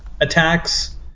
attacks